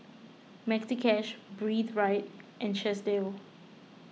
Maxi Cash Breathe Right and Chesdale